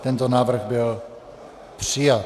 Tento návrh byl přijat.